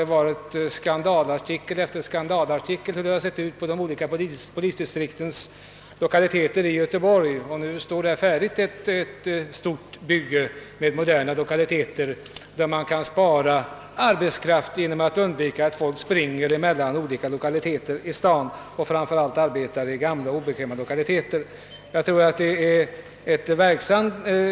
Det har i skandalartikel efter skandalartikel skildrats hur det sett ut i de olika polisdistriktens lokaler i staden. Nu står ett stort bygge med moderna lokaler färdigt, och man kan spara arbetskraft genom att undvika spring mellan olika lokaliteter i staden och framför allt genom att de anställda inte längre behöver arbeta i gamla och obekväma lokaliteter.